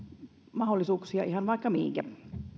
mahdollisuuksia ihan vaikka mihinkä